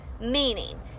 meaning